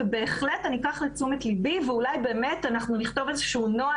ובהחלט אני אקח לתשומת ליבי ואולי באמת אנחנו נכתוב איזשהו נוהל